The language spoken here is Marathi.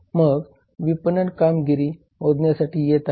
मग विपणन कामगिरी मोजण्यासाठी येत आहे